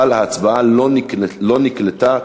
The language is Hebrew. אבל ההצבעה לא נקלטה,